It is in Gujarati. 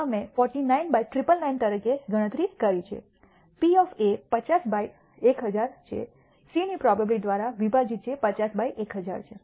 અમે 49 બાય 999 તરીકે ગણતરી કરી છે P એ 50 બાય 1000 છે C ની પ્રોબેબીલીટી દ્વારા વિભાજિત જે 50 બાય 1000 છે